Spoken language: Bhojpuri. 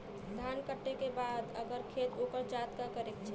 धान कांटेके बाद अगर खेत उकर जात का करे के चाही?